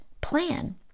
plan